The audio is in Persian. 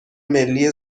ملی